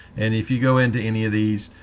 and if you go into any of these